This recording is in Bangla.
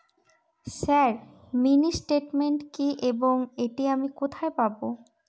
স্যার মিনি স্টেটমেন্ট কি এবং এটি আমি কোথায় পাবো?